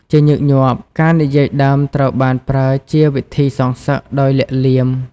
ជាញឹកញាប់ ការនិយាយដើមត្រូវបានប្រើជាវិធីសងសឹកដោយលាក់លៀម។